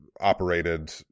operated